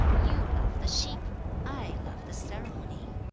you love the sheep i love the ceremony